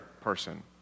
person